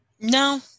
No